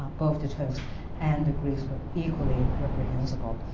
both the turks and the greeks were equally reprehensible.